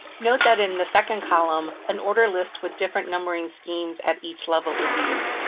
note that in the second column, an order list with different numbering schemes at each level is used.